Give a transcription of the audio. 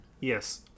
Yes